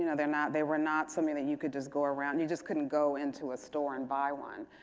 and they're not they were not something that you could just go around you just couldn't go into a store and buy one.